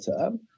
term